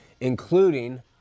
including